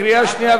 קריאה שנייה,